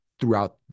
throughout